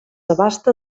abasta